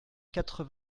quatre